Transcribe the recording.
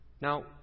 Now